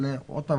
אבל עוד פעם,